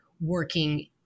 working